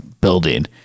building